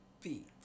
Beat